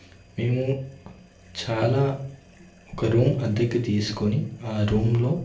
మేము చాలా ఒక రూమ్ అద్దెకి తీసుకొని ఆ రూమ్లో